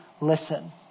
listen